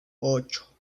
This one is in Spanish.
ocho